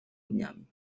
dniami